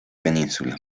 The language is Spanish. península